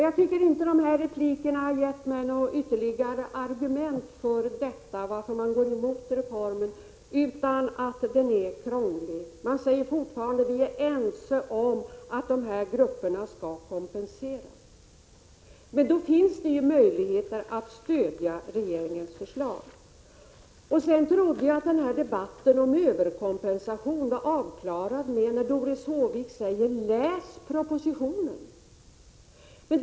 Replikerna har inte gett mig ytterligare argument för att gå emot reformen - förutom att den är krånglig. Man säger fortfarande att vi är ense om att dessa grupper skall kompenseras, och då finns ju möjligheten att stödja regeringens förslag. Jag trodde att debatten om överkompensation var avklarad i och med att Doris Håvik uppmanade till att läsa propositionen.